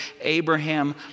Abraham